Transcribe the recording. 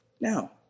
Now